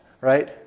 right